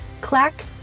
Clack